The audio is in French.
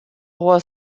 roy